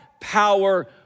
power